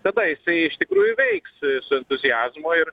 tada jisai iš tikrųjų veiks su entuziazmu ir